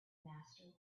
master